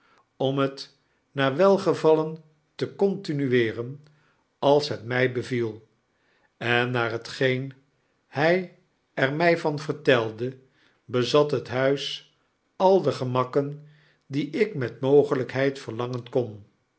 om het naar welgevallen te continueeren als het my beviel en naar hetgeen hy er my van vertelde bezathet huis al de gemakken die ik met mogelykheid verlangen kon